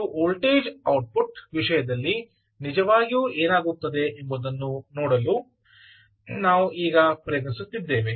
ಮತ್ತು voltage output ವಿಷಯದಲ್ಲಿ ನಿಜವಾಗಿ ಏನಾಗುತ್ತದೆ ಎಂಬುದನ್ನು ನೋಡಲು ನಾವು ಈಗ ಪ್ರಯತ್ನಿಸುತ್ತಿದ್ದೇವೆ